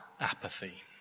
apathy